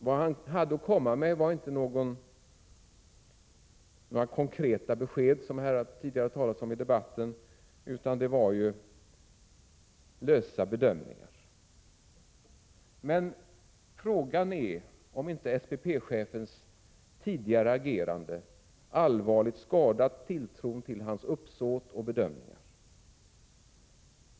Vad han hade att komma med var inte några konkreta besked, som här tidigare har talats om i debatten, utan lösa bedömningar. Men frågan är om inte SPP-chefens tidigare agerande allvarligt skadat tilltron till hans uppsåt och bedömning.